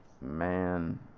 man